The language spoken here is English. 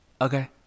okay